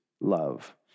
love